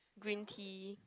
green tea